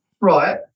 Right